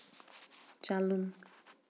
چلُن